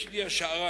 יש לי השערה